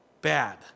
bad